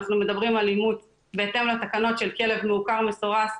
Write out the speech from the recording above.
אנחנו מדברים על אימוץ בהתאם לתקנות של כלב מעוקר או מסורס,